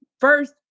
first